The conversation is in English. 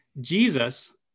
Jesus